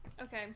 okay